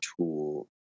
tool